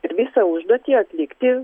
ir visą užduotį atlikti